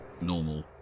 normal